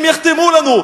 הם יחתמו לנו,